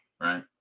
right